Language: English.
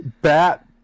Bat